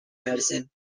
medicine